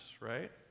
right